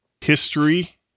history